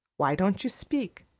why don't you speak?